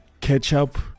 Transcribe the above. ketchup